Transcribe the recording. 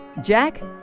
Jack